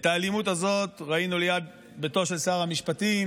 ואת האלימות הזאת ראינו ליד ביתו של שר המשפטים,